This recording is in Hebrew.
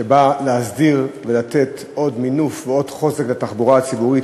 שבאה להסדיר ולתת עוד מינוף ועוד חוזק לתחבורה הציבורית,